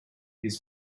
his